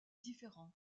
différent